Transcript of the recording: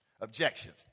objections